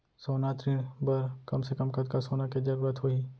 सोना ऋण बर कम से कम कतना सोना के जरूरत होही??